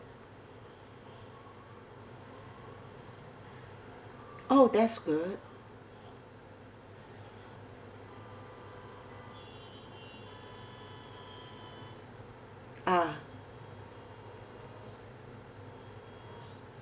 !oh! that's good ah